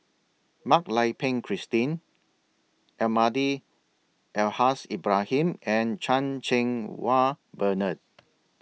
Mak Lai Peng Christine Almahdi Al Haj Ibrahim and Chan Cheng Wah Bernard